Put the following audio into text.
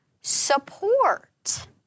support